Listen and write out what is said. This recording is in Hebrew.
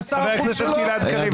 חבר הכנסת גלעד קריב, קח הפסקה.